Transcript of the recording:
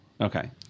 okay